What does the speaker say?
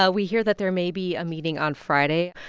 ah we hear that there may be a meeting on friday.